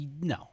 no